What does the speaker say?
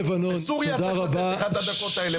בסוריה צריך לתת לך את הדקות האלה.